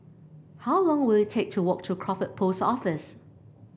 how long will it take to walk to Crawford Post Office